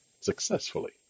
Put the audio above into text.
successfully